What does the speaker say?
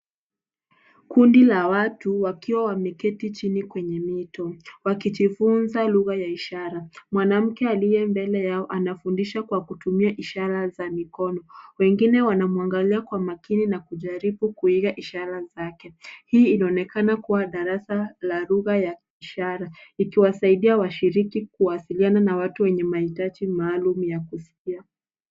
Kundi la watu wakiwa wameketi chini kwenye mito wakijifunza lugha ya ishara. Mwanamke aliye mbele yao anafundisha kwa kutumia ishara za mikono. Wengine wanamwangalia kwa makini na kujaribu kuiga ishara zake. Hii inaonekana kuwa darasa la lugha ya ishara ikiwasaidia washiriki kuwasiliana na watu wenye mahitaji maalum ya kusikia.